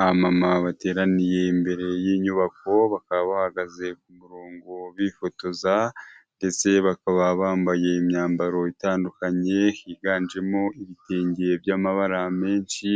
Abamama bateraniye imbere y'inyubako bakaba bahagaze ku murongo bifotoza, ndetse bakaba bambaye imyambaro itandukanye higanjemo ibitenge by'amabara menshi